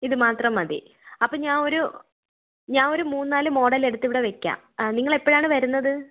ഇത് മാത്രം മതി അപ്പം ഞാനൊരു ഞാനൊരു മൂന്നാല് മോഡൽ എടുത്തിവിടെ വയ്ക്കാം ആ നിങ്ങളെപ്പോഴാണ് വരുന്നത്